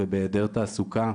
ובהיעדר תעסוקה,